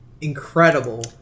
incredible